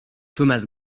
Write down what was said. thomas